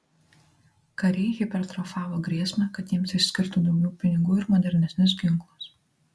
kariai hipertrofavo grėsmę kad jiems išskirtų daugiau pinigų ir modernesnius ginklus